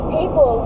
people